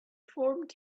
formed